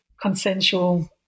consensual